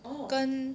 跟